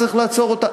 צריך לעצור אותה.